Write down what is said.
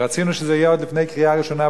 ורצינו שזה יהיה עוד לפני הקריאה הראשונה,